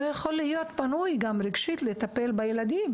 לא יכול להיות פנוי רגשית לטפל בילדים,